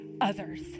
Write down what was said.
others